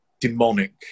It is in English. demonic